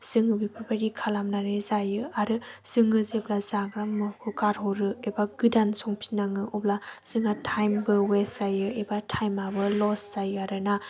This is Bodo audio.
जोङो बेफोरबायदि खालामनानै जायो आरो जोङो जेब्ला जाग्रा मुवाखौ गारह'रो एबा गोदान संफिननाङो अब्ला जोंहा टाइम बो वेस्ट जायो एबा टाइम आबो लस जायो आरोना